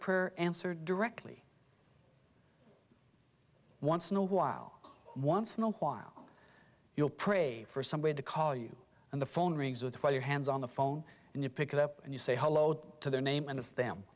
prayer answered directly once in a while once in a while you'll pray for somebody to call you and the phone rings with your hands on the phone and you pick it up and you say hello to their name and it's them